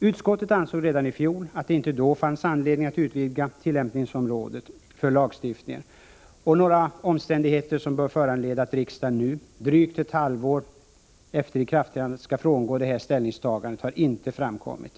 Utskottet ansåg redan i fjol att det inte då fanns anledning att utvidga tillämpningsområdet för lagstiftningen, och några omständigheter som bör föranleda att riksdagen nu, drygt ett halvt år efter ikraftträdandet, skall frångå detta ställningstagande har inte framkommit.